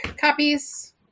copies